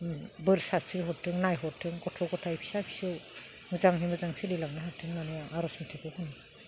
बोर सारस्रिहरथों नायहरथों गथ' गथाइ फिसा फिसौ मोजाङै मोजां सोलिलांनो हाथों होननानै आं आर'ज मेथाइखौ खनो